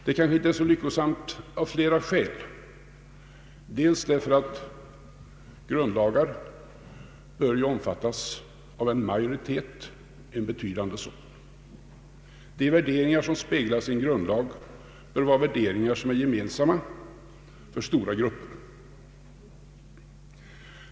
Det kanske inte är så lyckosamt av flera skäl, dels därför att grundlagar bör omfattas av en majoritet och en betydande sådan. De värderingar som speglas i en grundlag bör vara värderingar som är gemensamma för stora grupper.